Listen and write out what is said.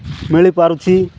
ମିଳିପାରୁଛି